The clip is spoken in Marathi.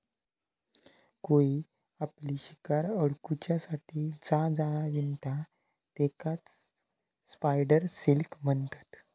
कोळी आपली शिकार अडकुच्यासाठी जा जाळा विणता तेकाच स्पायडर सिल्क म्हणतत